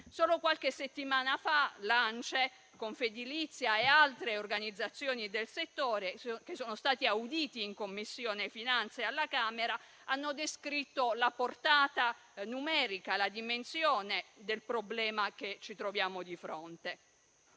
Solo qualche settimana fa, l'ANCE, Confedilizia e altre organizzazioni del settore che sono state audite in Commissione finanze alla Camera, hanno descritto la portata numerica, la dimensione del problema che ci troviamo di fronte.